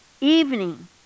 evening